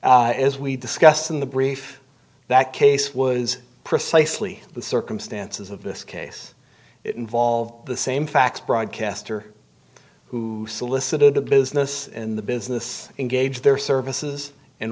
as we discussed in the brief that case was precisely the circumstances of this case it involved the same facts broadcaster who solicited a business in the business engage their services in